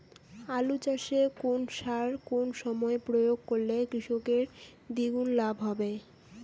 আলু চাষে কোন সার কোন সময়ে প্রয়োগ করলে কৃষকের দ্বিগুণ লাভ হবে?